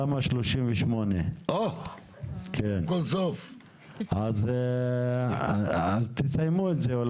תמ"א 38. אז תסיימו את זה.